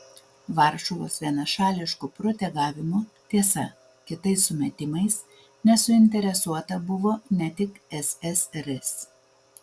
varšuvos vienašališku protegavimu tiesa kitais sumetimais nesuinteresuota buvo ne tik ssrs